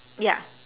ya